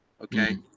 okay